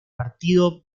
partido